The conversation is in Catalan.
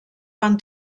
van